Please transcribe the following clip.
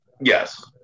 Yes